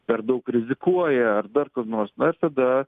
per daug rizikuoja ar dar kur nors na ir tada